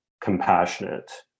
compassionate